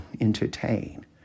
entertain